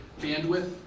bandwidth